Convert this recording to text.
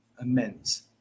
immense